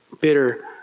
bitter